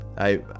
I-